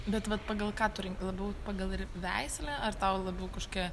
bet vat pagal ką tu rin labiau pagal r veislę ar tau labiau koškė